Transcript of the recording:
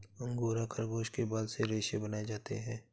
angora खरगोश के बाल से रेशे बनाए जाते हैं